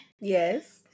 Yes